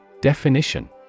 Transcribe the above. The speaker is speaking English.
Definition